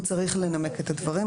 הוא צריך לנמק את הדברים.